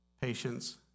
patience